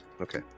Okay